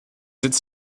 its